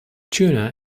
tuna